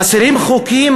חסרים חוקים,